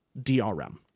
DRM